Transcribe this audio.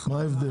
מה ההבדל?